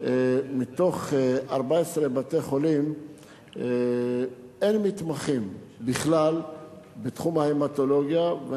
מתוך 14 בתי-החולים אין מתמחים בתחום ההמטולוגיה כלל.